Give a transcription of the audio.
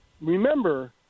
remember